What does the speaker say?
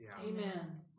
Amen